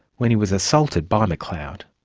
when he was assaulted by mcleod.